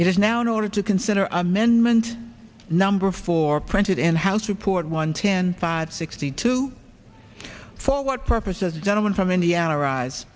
it is now in order to consider amendment number four printed in house report one ten five sixty two for what purpose as the gentleman from indiana arise